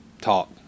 talk